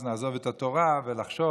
אז נעזוב את התורה ונחשוב